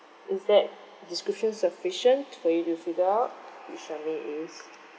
is that description sufficient for you to figure out which charmaine is